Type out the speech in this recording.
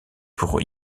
pour